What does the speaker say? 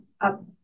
up